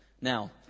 Now